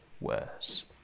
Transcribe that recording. worse